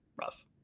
rough